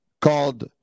called